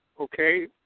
Okay